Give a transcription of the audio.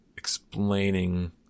Explaining